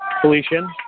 Felician